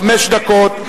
חמש דקות,